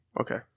Okay